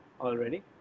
already